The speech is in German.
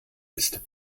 ist